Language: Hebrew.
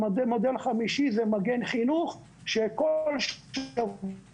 מודל חמישי זה מגן חינוך שכל שבוע